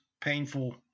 painful